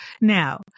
Now